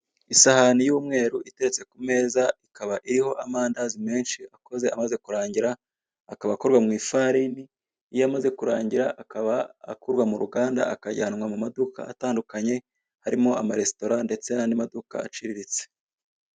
Isahani y'umweru iteretse ku meza ikaba iriho amandazi menshi akoze amaze kurangira, akaba akoze mu ifaraini. Iyo amaze kurangira akaba akurwa mu ruganda akajyanwa mu maduka atandukanye harimo ama resitora ndetse n'amaduka aciriritse.